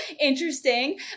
interesting